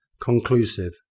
conclusive